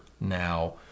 now